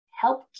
help